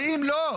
אבל אם לא,